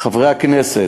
חברי הכנסת,